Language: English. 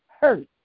hurt